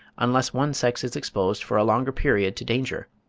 unless one sex is exposed for a longer period to danger,